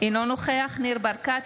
אינו נוכח ניר ברקת,